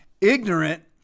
ignorant